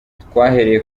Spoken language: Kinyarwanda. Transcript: twahereye